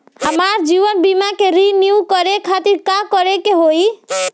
हमार जीवन बीमा के रिन्यू करे खातिर का करे के होई?